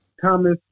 Thomas